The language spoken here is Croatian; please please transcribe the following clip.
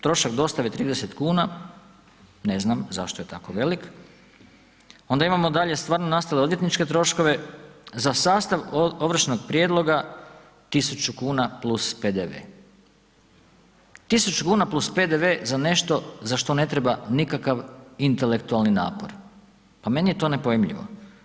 Trošak dostave 30,00 kn ne znam zašto je tako velik, onda imamo dalje stvarno nastale odvjetničke troškove, za sastav ovršnog prijedloga 1.000,00 kn + PDV, 1.000,00 kn + PDV za nešto za što ne treba nikakav intelektualni napor, pa meni je to nepojmljivo.